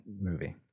movie